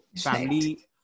family